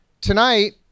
tonight